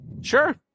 Sure